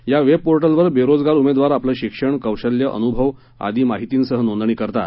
या वेबपोर्टलवर बेरोजगार उमेदवार आपलं शिक्षण कौशल्यं अनुभव आदी माहीतींसह नोंदणी करतात